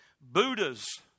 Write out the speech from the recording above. Buddha's